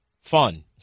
fun